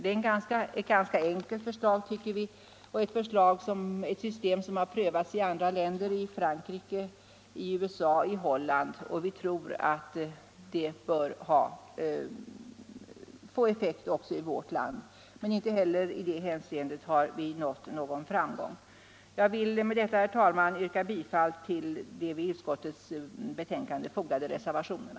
Det är ett ganska enkelt förslag, tycker vi, och systemet har prövats i andra länder: Frankrike, USA, Holland. Vi tror att det bör få effekt också i vårt land. Inte heller i det hänseendet har vi emellertid nått någon framgång. Jag ber med detta, herr talman, att få yrka bifall till de vid utskottets betänkande fogade reservationerna.